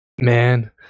man